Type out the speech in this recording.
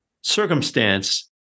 circumstance